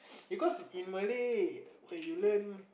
because in Malay okay you learn